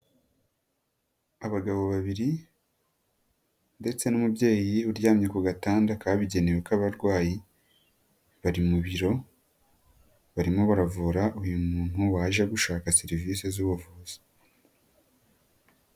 Abagabo babiri ndetse n'umubyeyi uryamye ku gatanda kabigenewe k'abarwayi bari mu biro barimo baravura uyu muntu waje gushaka serivise z'ubuvuzi.